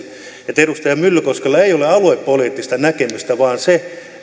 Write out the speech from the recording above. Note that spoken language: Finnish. että edustaja myllykoskella ei ole aluepoliittista näkemystä vaan se